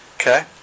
Okay